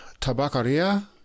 Tabacaria